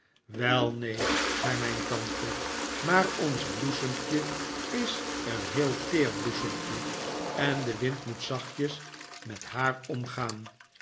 wel neen zei mijn tante maar ons bloesempje is een heel teer bloesempje en de wind moet zachtjes met haar omgaan